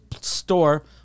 store